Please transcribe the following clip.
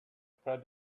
fell